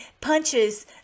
punches